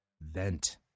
vent